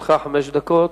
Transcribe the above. לרשותך חמש דקות.